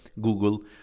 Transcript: google